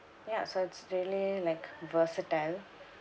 ya so it's really like versatile